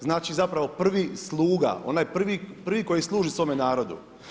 Znači zapravo prvi sluga, onaj prvi koji služi svome narodu.